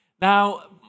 Now